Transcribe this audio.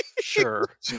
Sure